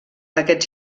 aquest